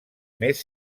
més